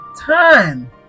time